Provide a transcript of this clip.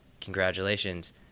congratulations